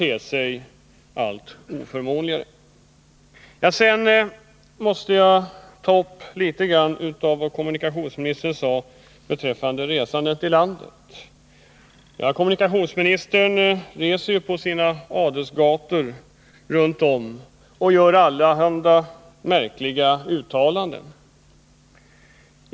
2 Jag måste vidare ta upp litet grand av det som kommunikationsministern sade beträffande resor ut i landet. Kommunikationsministern reser ju runt på sina ”Adelsgator” och gör allehanda märkliga uttalanden.